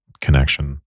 connection